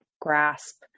grasp